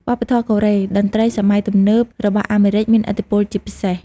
វប្បធម៌កូរ៉េ តន្ត្រីសម័យទំនើបរបស់អាមេរិក មានឥទ្ធិពលជាពិសេស។